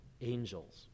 angels